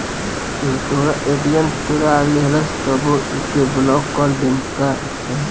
केहू तोहरा ए.टी.एम चोरा लेहलस तबो एके ब्लाक कर देवे के चाही